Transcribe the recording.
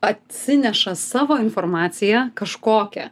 atsineša savo informaciją kažkokią